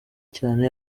cyane